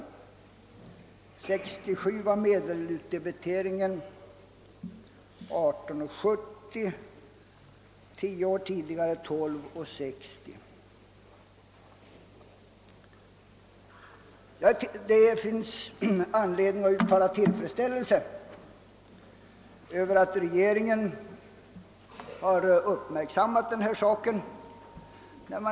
1967 var medelutdebiteringen 18:70; tio år tidigare utgjorde den 12:60. Det finns anledning att uttala tillfredsställelse över att regeringen har uppmärksammat denna sak.